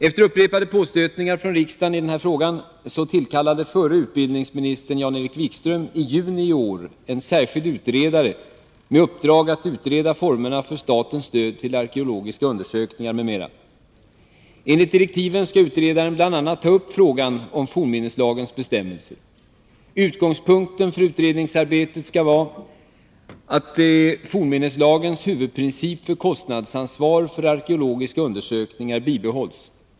Efter upprepade påstötningar från riksdagen i denna fråga tillkallade förre utbildningsministern Jan-Erik Wikström i juni i år en särskild utredare med uppdrag att utreda formerna för statens stöd till arkeologiska undersökningar m.m. Enligt direktiven skall utredaren bl.a. ta upp frågan om fornminneslagens bestämmelser. Utgångspunkten för utredningsarbetet skall vara att fornminneslagens huvudprincip för kostnadsansvar för arkeologiska undersökningar bibehålls.